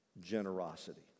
generosity